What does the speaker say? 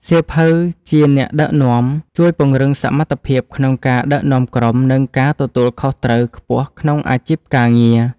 សៀវភៅភាពជាអ្នកដឹកនាំ ជួយពង្រឹងសមត្ថភាពក្នុងការដឹកនាំក្រុម និងការទទួលខុសត្រូវខ្ពស់ក្នុងអាជីពការងារ។